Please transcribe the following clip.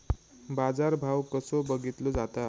बाजार भाव कसो बघीतलो जाता?